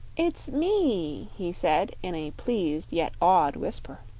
it's me! he said, in a pleased yet awed whisper.